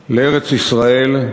לארץ-ישראל,